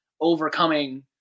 overcoming